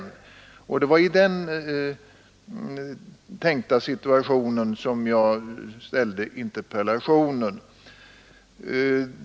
Det var i det tänkta läget som jag ställde interpellationen.